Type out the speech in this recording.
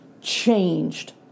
changed